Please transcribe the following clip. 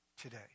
today